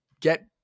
get